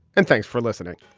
and thanks for listening